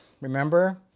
remember